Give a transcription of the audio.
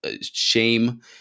shame